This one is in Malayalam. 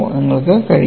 നിങ്ങൾക്ക് കഴിയില്ല